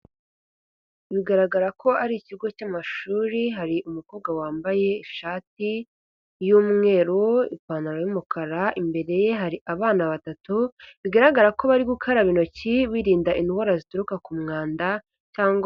Bigaragara ko ari ikigo cy'amashuri hari umukobwa wambaye ishati y'umweru, ipantaro y'umukara, imbere ye hari abana batatu bigaragara ko bari gukaraba intoki birinda indwara zituruka ku mwanda cyangwa...